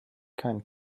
keinen